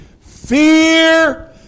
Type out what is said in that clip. fear